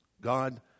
God